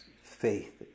faith